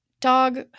dog